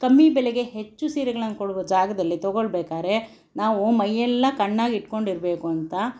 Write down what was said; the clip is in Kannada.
ಕಮ್ಮಿ ಬೆಲೆಗೆ ಹೆಚ್ಚು ಸೀರೆಗಳನ್ನು ಕೊಳ್ಳುವ ಜಾಗದಲ್ಲಿ ತಗೊಳ್ಬೇಕಾರೆ ನಾವು ಮೈಯೆಲ್ಲ ಕಣ್ಣಾಗಿಟ್ಕೊಂಡಿರ್ಬೇಕು ಅಂತ